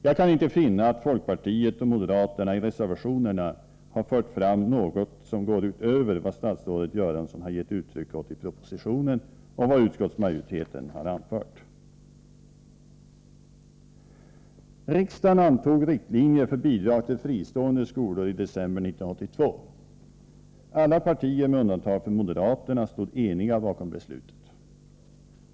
Jag kan inte finna att folkpartiet och moderaterna i reservationerna har fört fram något som går utöver vad statsrådet Göransson har gett uttryck åt i propositionen och vad utskottsmajoriteten har anfört. Riksdagen antog riktlinjer för bidrag till fristående skolor i december 1982. Alla partier med undantag för moderaterna stod eniga bakom beslutet.